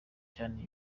cyane